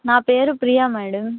నా పేరు ప్రియా మేడం